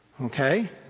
Okay